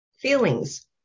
feelings